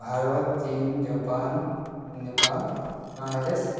ᱵᱷᱟᱨᱚᱛ ᱪᱤᱱ ᱡᱟᱯᱟᱱ ᱱᱮᱯᱟᱞ ᱵᱟᱝᱞᱟᱫᱮᱥ